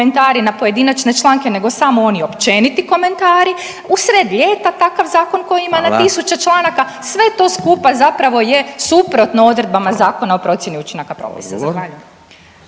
na pojedinačne članke nego samo oni općeniti komentari, u sred ljeta takav zakon koji ima na tisuće članaka .../Upadica: Hvala./... sve to skupa zapravo je suprotno odredbama Zakona o procjeni učinaka propisa.